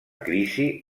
crisi